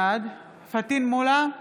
בעד פטין מולא,